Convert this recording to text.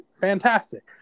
fantastic